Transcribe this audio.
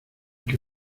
que